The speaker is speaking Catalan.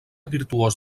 virtuós